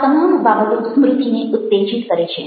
આ તમામ બાબતો સ્મૃતિને ઉત્તેજિત કરે છે